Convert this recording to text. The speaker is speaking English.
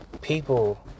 people